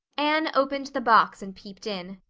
anne opened the box and peeped in.